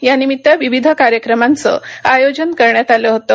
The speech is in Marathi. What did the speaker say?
यानिमित्त विविध कार्यक्रमांचं आयोजन करण्यात आलं होतं